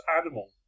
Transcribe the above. animal